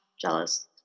jealous